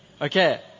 Okay